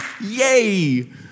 Yay